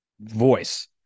voice